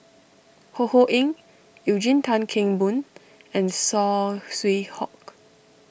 Ho Ho Ying Eugene Tan Kheng Boon and Saw Swee Hock